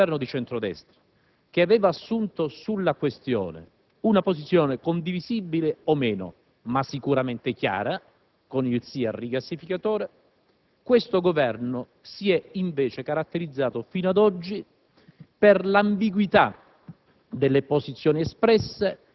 a differenza del Governo di centro‑destra, che aveva assunto sulla questione una posizione condivisibile o meno, ma sicuramente chiara, con il sì al rigassificatore, questo Governo si è invece caratterizzato fino ad oggi per l'ambiguità